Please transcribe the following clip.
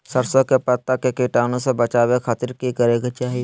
सरसों के पत्ता के कीटाणु से बचावे खातिर की करे के चाही?